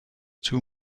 too